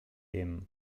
him